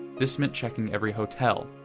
this meant checking every hotel,